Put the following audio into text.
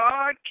God